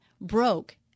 broke